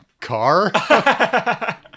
car